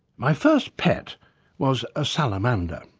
my first pet was a salamander.